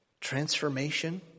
transformation